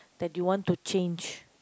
that you want to change